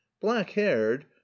Black-haired